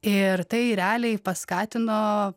ir tai realiai paskatino